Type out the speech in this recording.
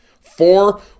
Four